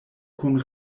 kun